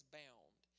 bound